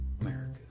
America